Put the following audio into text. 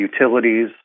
utilities